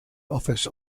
office